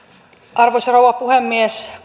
arvoisa rouva puhemies